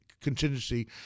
contingency